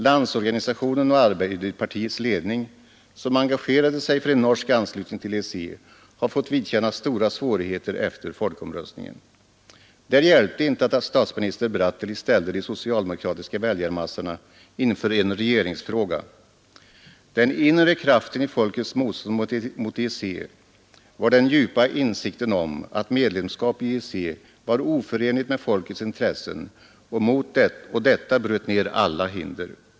Landsorganisationen och Arbeiderpartiets ledning som engagerade sig för en norsk anslutning till EEC har fått vidkännas stora svårigheter efter folkomröstningen. Det hjälpte inte att statsminister Bratteli ställde de socialdemokratiska väljarmassorna inför en regeringsfråga. Den inre kraften i folkets motstånd mot EEC var den djupa insikten om att medlemskap i EEC var oförenligt med folkets intressen, och detta bröt ned alla hinder.